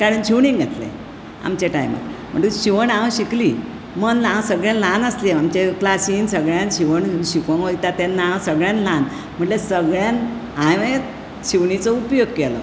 ताणें शिवणीक घातलें आमच्या टायमार म्हणटकूच शिवण हांव शिकली मन हांव सगळ्यांत ल्हान आसलें आमच्या क्लासींत सगळ्यांत शिवण शिकोंक वयता तेन्ना सगळ्यांत ल्हान म्हळ्यार सगळ्यांत हांवें शिवणेचो उपयोग केलो